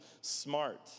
smart